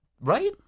Right